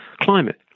climate